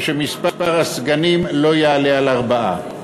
ושמספר הסגנים לא יעלה על ארבעה.